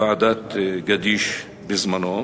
ועדת-גדיש בזמנו.